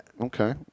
okay